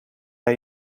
hij